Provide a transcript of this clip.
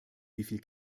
wieviel